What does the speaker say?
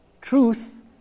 truth